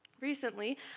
Recently